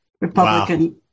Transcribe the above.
Republican